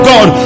God